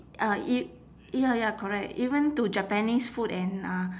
uh it ya ya correct even to japanese food and uh